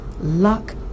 Luck